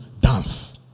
Dance